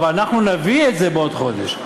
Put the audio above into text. אבל אנחנו נביא את זה בעוד חודש,